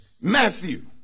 Matthew